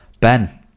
Ben